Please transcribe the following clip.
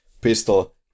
pistol